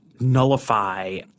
nullify